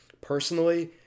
personally